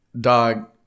Dog